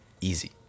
easy